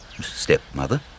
stepmother